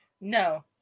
No